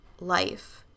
life